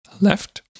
left